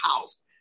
house